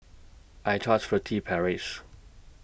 I Trust Furtere Paris